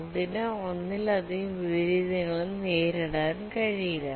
അതിന് ഒന്നിലധികം വിപരീതങ്ങളും നേരിടാൻ കഴിയില്ല